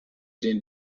den